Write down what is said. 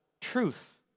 truth